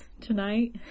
tonight